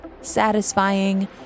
satisfying